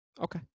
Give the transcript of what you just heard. Okay